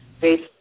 based